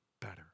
better